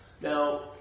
Now